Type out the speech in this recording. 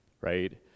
right